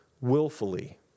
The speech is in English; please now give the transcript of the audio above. willfully